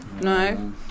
No